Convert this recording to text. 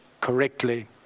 correctly